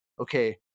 okay